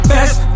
Best